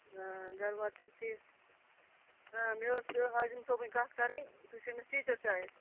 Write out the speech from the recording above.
گَرٕ بأر چھِ حظ ٹھیک آ مےٚ اوس ہازِم صٲبٕنۍ کَتھ کَرٕنۍ تُہۍ چھِو أمِس ٹیٖچر شاید